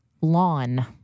Lawn